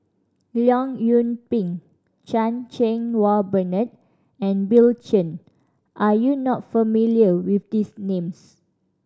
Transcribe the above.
Leong Yoon Pin Chan Cheng Wah Bernard and Bill Chen are you not familiar with these names